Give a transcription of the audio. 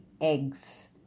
eggs